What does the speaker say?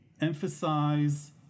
emphasize